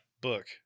book